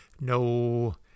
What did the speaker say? no